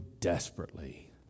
desperately